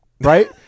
right